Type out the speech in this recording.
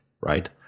right